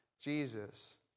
Jesus